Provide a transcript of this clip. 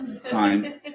Fine